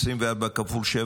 24/7,